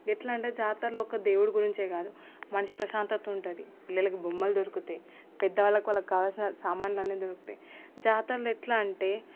ఎట్లా అంటే జాతరలో ఒక్క దేవుడి గురించే కాదు మంచి ప్రశాంతత ఉంటుంది పిల్లలకు బొమ్మలు దొరుకుతాయి పెద్దవాళ్ళకు వాళ్లకు కావాల్సిన సామాన్లు అన్నీ దొరుకుతాయి జాతరలు ఎట్లా అంటే